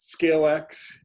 ScaleX